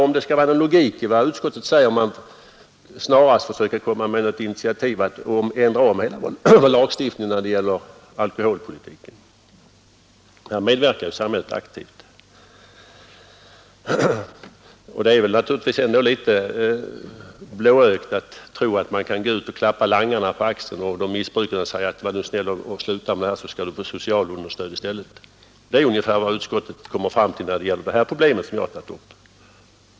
Om det skall finnas någon logik i vad utskottet anför måste man väl snarast försöka ta initiativ till att ändra om hela lagstiftningen när det gäller alkohol. Samhället medverkar ju aktivt till att främja ett missbruk. Det är naturligtvis litet blåögt att tro att man kan klappa langarna och missbrukarna på axeln och säga: Var nu snäll och sluta med det här så skall du få socialunderstöd i stället! Det är ungefär vad utskottet kommer fram till när det gäller det problem jag har tagit upp.